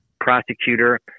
prosecutor